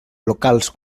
locals